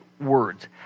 words